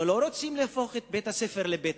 אנחנו לא רוצים להפוך את בית-הספר לבית-כלא,